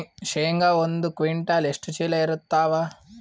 ಶೇಂಗಾ ಒಂದ ಕ್ವಿಂಟಾಲ್ ಎಷ್ಟ ಚೀಲ ಎರತ್ತಾವಾ?